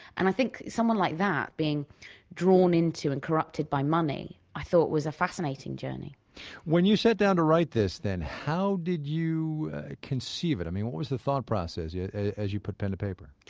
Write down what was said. and i think, someone like that being drawn into and corrupted by money, i thought, was a fascinating journey when you sat down to write this, then, how did you conceive it. i mean, what was the thought process yeah as you put pen to paper?